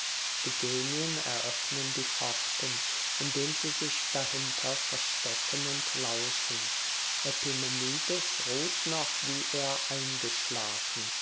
die genien eröffnen die pforten indem sie sich dahinter verstecken und lauschen epimenides ruht noch wie er eingeschlafen